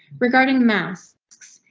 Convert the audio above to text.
regarding masks,